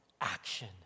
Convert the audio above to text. action